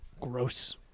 Gross